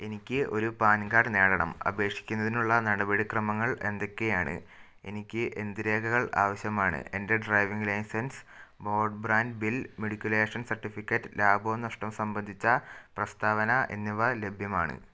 എനിക്ക് ഒരു PAN card നേടണം അപേക്ഷിക്കുന്നതിനുള്ള നടപടിക്രമങ്ങൾ എന്തൊക്കെയാണ് എനിക്ക് എന്ത് രേഖകൾ ആവശ്യമാണ് എൻ്റെ driving licence broadband bill matriculation certificate ലാഭവും നഷ്ടവും സംബന്ധിച്ച പ്രസ്താവന എന്നിവ ലഭ്യമാണ്